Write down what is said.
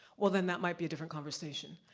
well then, that might be a different conversation,